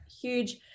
huge